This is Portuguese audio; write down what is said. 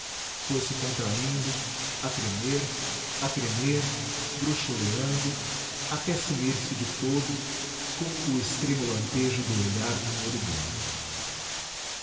instante foi-se contraindo a tremer a tremer bruxuleando até sumir-se de todo como o extremo lampejo do olhar de um moribundo